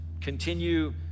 continue